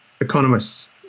economists